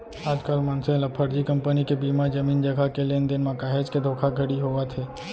आजकल मनसे ल फरजी कंपनी के बीमा, जमीन जघा के लेन देन म काहेच के धोखाघड़ी होवत हे